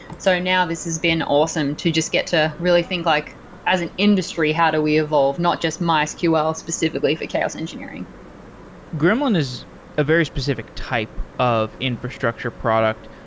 so now this has been awesome to just get to really think like as an industry how do we evolve, not just mysql specifically for chaos engineering gremlin is a very specific type of infrastructure product.